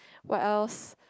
what else